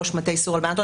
ראש מטה איסור הלבנת הון.